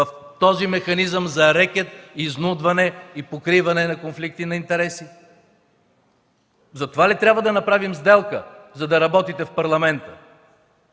в този механизъм за рекет, изнудване и покриване на конфликти на интереси. Затова ли трябва да направим сделка, за да работите в Парламента?!